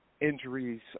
injuries